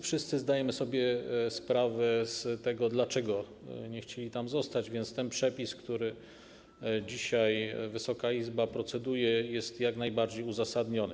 Wszyscy zdajemy sobie sprawę z tego, dlaczego nie chcieli tam zostać, więc ten przepis, nad którym dzisiaj Wysoka Izba proceduje, jest jak najbardziej uzasadniony.